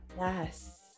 Yes